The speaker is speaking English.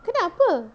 kenapa